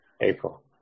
April